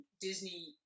Disney